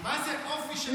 מה זה אופי של מדינה יהודית?